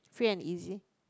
free and easy